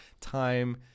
time